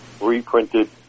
reprinted